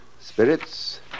spirits